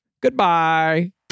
Goodbye